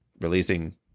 releasing